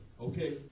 okay